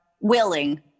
willing